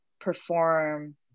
perform